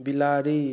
बिलाड़ि